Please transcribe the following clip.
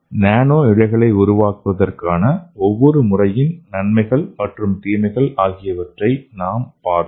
நானோ இழைகளை உருவாக்குவதற்கான ஒவ்வொரு முறையின் நன்மைகள் மற்றும் தீமைகள் ஆகியவற்றை நாம் பார்த்தோம்